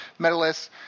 medalists